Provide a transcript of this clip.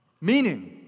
Meaning